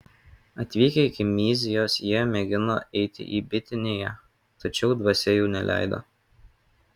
atvykę iki myzijos jie mėgino eiti į bitiniją tačiau dvasia jų neleido